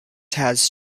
has